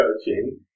coaching